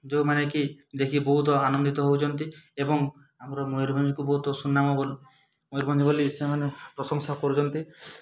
ଯେଉଁମାନେ କି ଦେଖି ବହୁତ ଆନନ୍ଦିତ ହଉଛନ୍ତି ଏବଂ ଆମର ମୟୂରଭଞ୍ଜକୁ ବହୁତ ସୁନାମ ବୋଲ୍ ମୟୂରଭଞ୍ଜ ବୋଲି ସେମାନେ ପ୍ରଶଂସା କରୁଛନ୍ତି